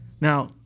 now